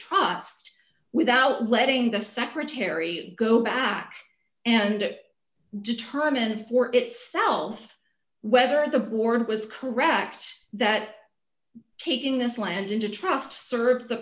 trust without letting the secretary go back and determine for itself whether the board was correct that taking this land into trust serves